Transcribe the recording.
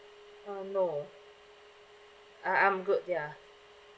uh no I I'm good ya